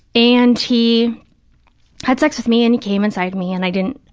and he had sex with me and he came inside me and i didn't,